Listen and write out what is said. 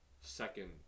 second